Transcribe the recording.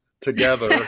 together